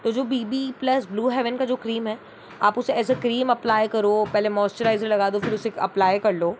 तो जो B B plus blue heaven जो क्रीम है आप उसे एज़ अ क्रीम अप्लाई करो पहले मोश्च्राईज़र लगा दो फ़िर उसे अप्लाई कर लो